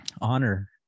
honor